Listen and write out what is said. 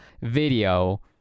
video